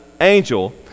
angel